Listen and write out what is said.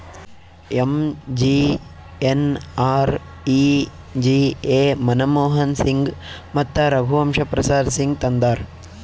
MGNREGA Manmohan Singh ಮತ್ತ ರಘುವಂಶ ಪ್ರಸಾದ್ ಸಿಂಗ್ ತಂದಾರ್